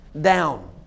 down